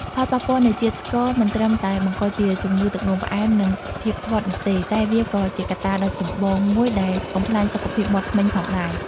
ផលប៉ះពាល់នៃជាតិស្ករមិនត្រឹមតែបង្កជាជំងឺទឹកនោមផ្អែម និងភាពធាត់នោះទេ តែវាក៏ជាកត្តាដ៏ចម្បងមួយដែលបំផ្លាញសុខភាពមាត់ធ្មេញផងដែរ។